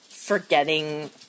forgetting